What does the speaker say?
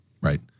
Right